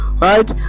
Right